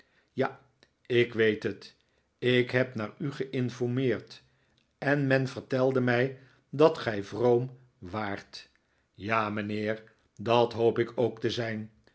ja ik weet het ik heb naar u gei'nformeerd en men vertelde mij dat gij vroom waart ja mijnheer dat hoop ik ook te zijn